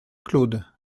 claude